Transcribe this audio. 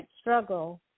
struggle